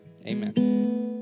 amen